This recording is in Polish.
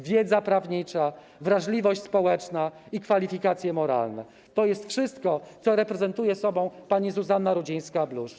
Wiedza prawnicza, wrażliwość społeczna i kwalifikacje moralne - to jest wszystko, co reprezentuje sobą pani Zuzanna Rudzińska-Bluszcz.